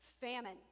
Famine